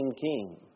king